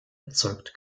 erzeugt